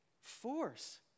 force